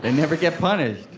and never get punished.